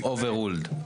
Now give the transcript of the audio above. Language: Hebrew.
Overruled.